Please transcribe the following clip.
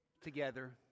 together